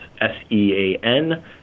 s-e-a-n-